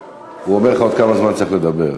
הוא אומר לך עוד כמה זמן צריך לדבר.